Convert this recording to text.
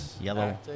yellow